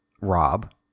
Rob